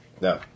No